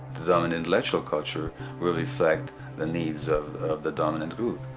the dominant intellectual culture will reflect the needs of the dominant group.